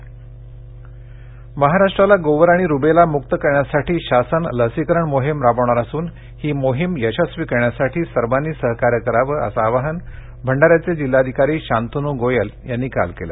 भंडारा महाराष्ट्राला गोवर आणि रुबेला मुक्त करण्यासाठी शासन लसीकरण मोहिम राबवणार असून ही मोहिम यशस्वी करण्यासाठी सर्वांनी सहकार्य करावं असं आवाहन भंडाऱ्याचे जिल्हाधिकारी शांतनू गोयल यांनी काल केलं